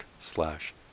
slash